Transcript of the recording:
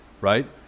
right